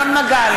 נגד מנחם